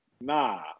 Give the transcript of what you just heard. nah